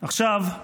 עכשיו,